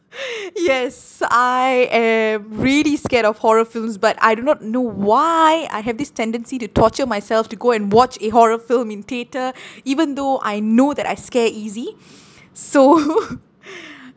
yes I am really scared of horror films but I do not know why I have this tendency to torture myself to go and watch a horror film in theater even though I know that I scare easy so